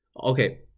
Okay